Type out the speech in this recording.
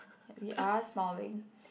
ya we are smiling